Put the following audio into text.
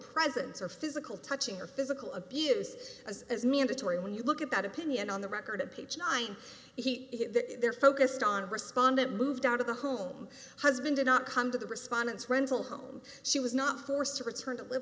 presence or physical touching or physical abuse as as mandatory when you look at that opinion on the record a peach nine he that they're focused on respondent moved out of the home husband did not come to the respondents rental home she was not forced to return to live